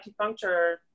acupuncture